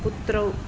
पुत्रौ